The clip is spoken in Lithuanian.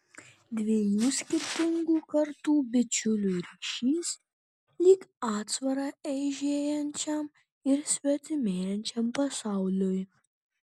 dviejų skirtingų kartų bičiulių ryšys lyg atsvara eižėjančiam ir svetimėjančiam pasauliui